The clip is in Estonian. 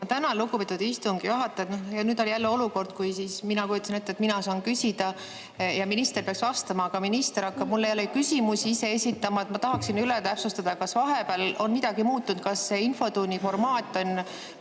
Tänan, lugupeetud istungi juhataja! Nüüd oli jälle olukord, kus mina kujutasin ette, et mina saan küsida ja minister peaks vastama, aga minister hakkab jälle ise mulle küsimusi esitama. Ma tahaksin üle täpsustada, kas vahepeal on midagi muutunud. Kas infotunni formaat on